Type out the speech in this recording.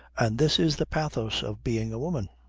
and this is the pathos of being a woman.